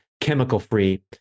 chemical-free